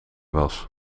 was